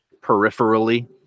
Peripherally